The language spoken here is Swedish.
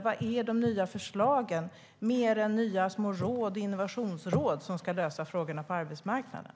Var är de nya förslagen, mer än nya små råd, till exempel innovationsråd, som ska lösa frågorna på arbetsmarknaden?